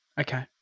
Okay